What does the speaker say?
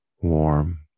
Warm